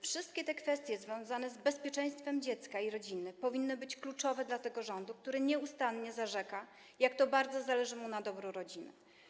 Wszystkie te kwestie związane z bezpieczeństwem dziecka i rodziny powinny być kluczowe dla tego rządu, który nieustannie zarzeka się, że bardzo zależy mu na dobru rodziny.